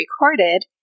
recorded